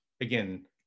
again